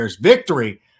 victory